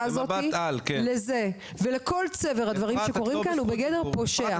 הזאת לזה ולכל צבר הדברים שקורים כאן הוא בגדר פושע.